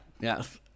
yes